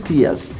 years